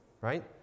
right